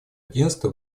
агентство